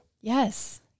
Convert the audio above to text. Yes